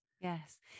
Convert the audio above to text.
yes